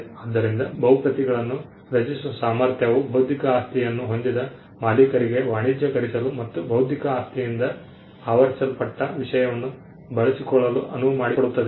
ಆದ್ದರಿಂದ ಬಹು ಪ್ರತಿಗಳನ್ನು ರಚಿಸುವ ಸಾಮರ್ಥ್ಯವು ಬೌದ್ಧಿಕ ಆಸ್ತಿಯನ್ನು ಹೊಂದಿದ ಮಾಲೀಕರಿಗೆ ವಾಣಿಜ್ಯೀಕರಿಸಲು ಮತ್ತು ಬೌದ್ಧಿಕ ಆಸ್ತಿಯಿಂದ ಆವರಿಸಲ್ಪಟ್ಟ ವಿಷಯವನ್ನು ಬಳಸಿಕೊಳ್ಳಲು ಅನುವು ಮಾಡಿಕೊಡುತ್ತದೆ